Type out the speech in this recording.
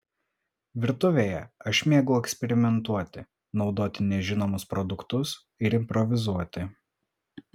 virtuvėje aš mėgau eksperimentuoti naudoti nežinomus produktus ir improvizuoti